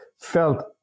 felt